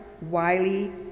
Wiley